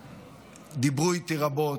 שדיברו איתי רבות,